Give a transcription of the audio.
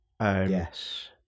Yes